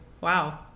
wow